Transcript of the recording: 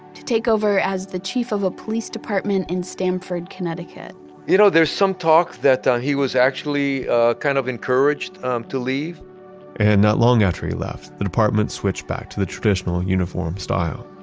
to take over as the chief of a police department in stamford, connecticut you know, there's some talk that ah he was actually ah kind of encouraged um to leave and not long after he left, the department switched back to the traditional uniform style.